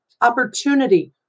opportunity